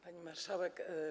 Pani Marszałek!